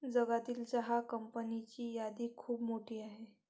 जगातील चहा कंपन्यांची यादी खूप मोठी आहे